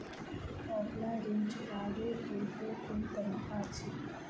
Offline ऋण चुकाबै केँ केँ कुन तरीका अछि?